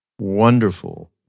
wonderful